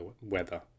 weather